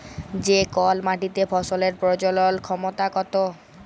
যে কল মাটিতে ফসলের প্রজলল ক্ষমতা কত